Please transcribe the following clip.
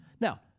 Now